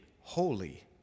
holy